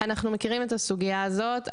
אנחנו מכירים את הסוגייה הזאת,